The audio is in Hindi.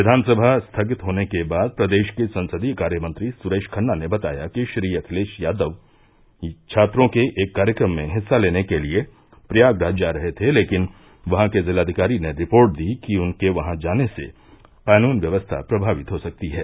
विधानसभा स्थगित होने के बाद प्रदेश के संसदीय कार्य मंत्री सुरेश खन्ना ने बताया कि श्री अखिलेश यादव छात्रों के एक कार्यक्रम में हिस्सा लेने के लिये प्रयागराज जा रहे थे लेकिन वहां के जिलाधिकारी ने रिपोर्ट दी कि उनके वहां जाने से कानून व्यवस्था प्रभावित हो सकती है